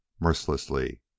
mercilessly